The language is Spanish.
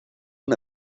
una